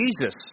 Jesus